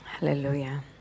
Hallelujah